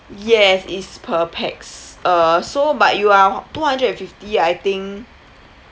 yes is per pax uh so but you are two hundred and fifty I think